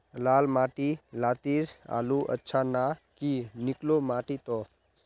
लाल माटी लात्तिर आलूर अच्छा ना की निकलो माटी त?